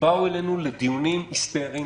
באו אלינו לדיונים היסטריים,